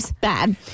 bad